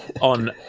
on